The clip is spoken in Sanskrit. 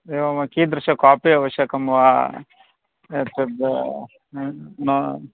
एवं वा कीदृशं कापि अवश्यकं वा एतद्